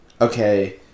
okay